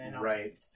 Right